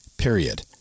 Period